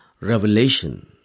revelation